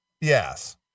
Yes